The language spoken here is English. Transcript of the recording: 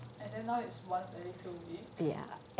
and then now it's once every two week